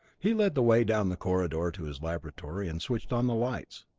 he led the way down the corridor to his laboratory, and switched on the lights.